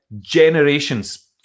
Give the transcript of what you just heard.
Generations